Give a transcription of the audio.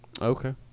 Okay